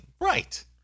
Right